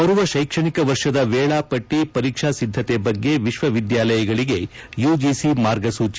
ಬರುವ ಶೈಕ್ಷಣಿಕ ವರ್ಷದ ವೇಳಾಪಟ್ಟಿ ಪರೀಕ್ಷೆ ಸಿದ್ಧತೆ ಬಗ್ಗೆ ವಿಶ್ವ ವಿದ್ಯಾಲಯಗಳಿಗೆ ಯುಜಿಸಿ ಮಾರ್ಗಸೂಜಿ